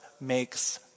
makes